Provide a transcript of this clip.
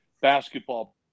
basketball